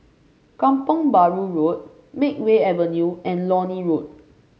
Kampong Bahru Road Makeway Avenue and Lornie Road